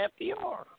FDR